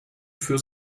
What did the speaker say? für